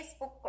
Facebook